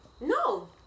No